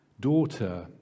daughter